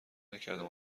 نکردم